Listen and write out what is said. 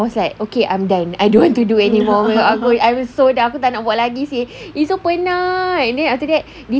I was like okay I'm done I don't want to do anymore me I was so done aku tak nak buat lagi seh it's so penat then after that